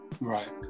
Right